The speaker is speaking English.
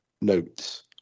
notes